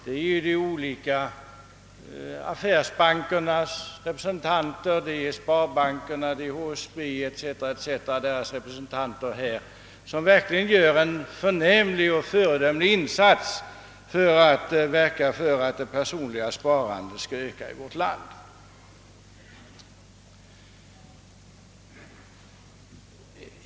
Det är affärsbankernas, sparbankernas och HSB:s representanter som där gör en förnämlig och föredömlig insats för att öka sparandet i vårt land.